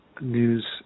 news